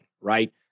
right